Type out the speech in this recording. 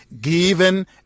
given